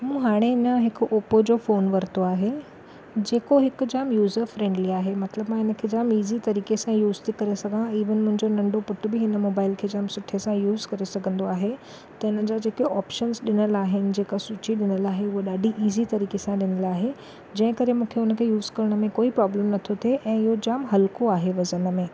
मूं हाणे अञां हिकु ओपो जो फोन वरितो आहे जेको हिकु जाम यूज़र फ़्रेंडली आहे मतिलबु मां हिन खे जाम इज़ी तरीके सां यूज़ थी करे सघां इवन मुंहिंजो नंढो पुट बि हिन मोबाइल खे जाम सुठे सां यूज़ करे सघंदो आहे त हिननि जा जेके ओपशन्स ॾिनलु आहिनि जेका सूची ॾिनलु आहे उहा ॾाढी इज़ी तरीके सां ॾिनलु आहे जंहिं करे मूंखे हुन खे यूज़ करण में कोइ प्रॉब्लम नथो थे ऐं इहो जाम हलको आहे वज़न में